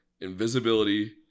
invisibility